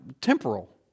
temporal